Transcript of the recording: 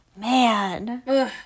man